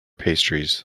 pastries